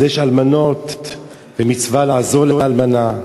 אז יש אלמנות, ומצווה לעזור לאלמנה,